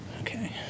Okay